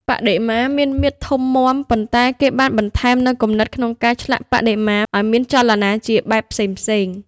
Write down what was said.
បដិមាមានមាឌធំមាំ ប៉ុន្តែគេបានបន្ថែមនូវគំនិតក្នុងការឆ្លាក់បដិមាឱ្យមានចលនាជាបែបផ្សេងៗ។